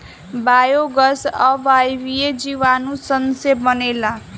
biogas अवायवीय जीवाणु सन से बनेला